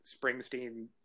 Springsteen